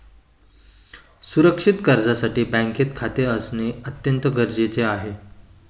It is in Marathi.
सुरक्षित कर्जासाठी बँकेत खाते असणे अत्यंत गरजेचे आहे